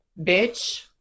Bitch